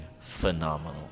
phenomenal